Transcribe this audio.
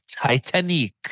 Titanic